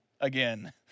again